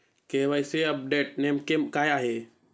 KYC update नेमके काय आहे?